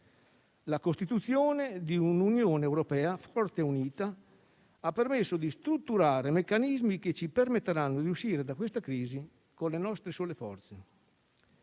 La costituzione di un'Unione europea forte e unita ha permesso di strutturare meccanismi che ci permetteranno di uscire da questa crisi con le nostre sole forze.